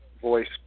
voice